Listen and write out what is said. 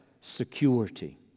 security